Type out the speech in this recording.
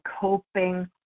coping